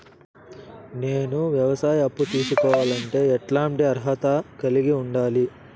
నేను వ్యవసాయ అప్పు తీసుకోవాలంటే ఎట్లాంటి అర్హత కలిగి ఉండాలి?